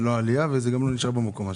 זאת לא עלייה וזה גם לא נשאר במקום.